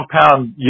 compound